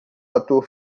ator